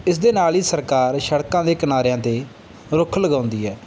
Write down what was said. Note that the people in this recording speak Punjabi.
ਇਸ ਦੇ ਨਾਲ ਹੀ ਸਰਕਾਰ ਸੜਕਾਂ ਦੇ ਕਿਨਾਰਿਆਂ 'ਤੇ ਰੁੱਖ ਲਗਾਉਂਦੀ ਹੈ